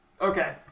Okay